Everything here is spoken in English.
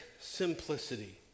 simplicity